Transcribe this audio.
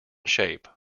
shape